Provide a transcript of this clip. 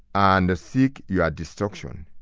and seek your destruction.